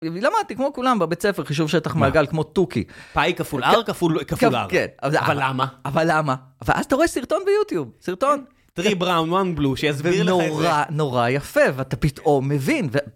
למדתי כמו כולם בבית ספר, חישוב שטח מעגל כמו תוכי. פאי כפול אר כפול אר. אבל למה? אבל למה? ואז אתה רואה סרטון ביוטיוב, סרטון. 3 brown 1 blue שיסביר לך את זה... נורא, נורא יפה ואתה פתאום מבין.